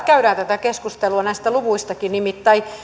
käydään tätä keskustelua näistä luvuistakin nimittäin